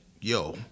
yo